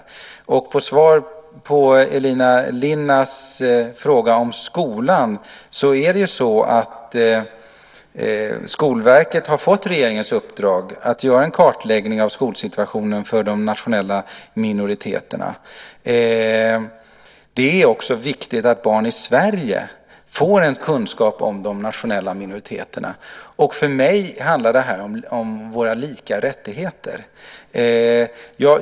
Som svar på Elina Linnas fråga om skolan kan jag säga att Skolverket har fått regeringens uppdrag att göra en kartläggning av skolsituationen för de nationella minoriteterna. Det är också viktigt att barn i Sverige får en kunskap om de nationella minoriteterna. För mig handlar det här om våra lika rättigheter.